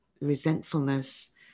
resentfulness